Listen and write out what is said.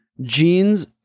Jeans